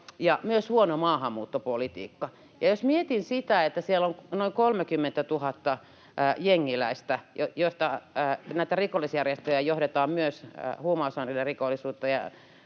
on myös huono maahanmuuttopolitiikka. Jos mietin sitä, että siellä on noin 30 000 jengiläistä ja että näitä rikollisjärjestöjä johdetaan, myös huumausainerikollisuutta,